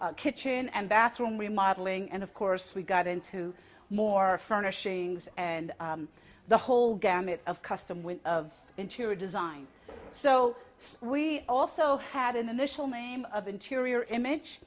kitchen and bathroom remodelling and of course we got into more furnishings and the whole gamut of custom with of interior design so sweet he also had an initial name of interior image